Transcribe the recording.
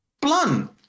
blunt